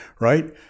right